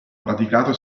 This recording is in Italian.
praticato